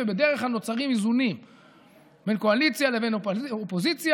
בדרך כלל נוצרים איזונים בין קואליציה לבין אופוזיציה,